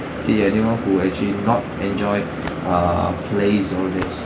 see anyone who actually not enjoy err plays all this